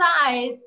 size